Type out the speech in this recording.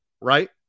right